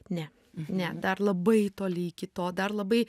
ne ne dar labai toli iki to dar labai